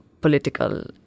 political